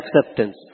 acceptance